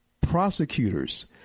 prosecutors